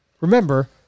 Remember